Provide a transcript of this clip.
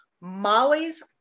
Molly's